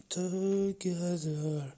together